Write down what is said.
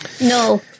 No